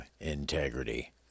integrity